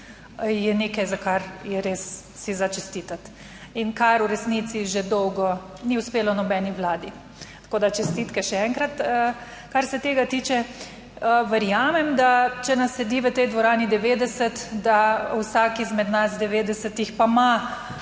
je nekaj, za kar je res, si za čestitati in kar v resnici že dolgo ni uspelo nobeni vladi, tako da čestitke še enkrat. Kar se tega tiče, verjamem, da če nas sedi v tej dvorani 90, da vsak izmed nas 90 pa ima